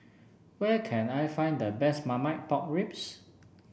where can I find the best Marmite Pork Ribs